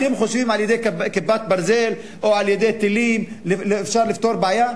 אתם חושבים שעל-ידי "כיפת ברזל" או על-ידי טילים אפשר לפתור בעיה?